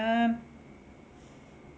um